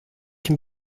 can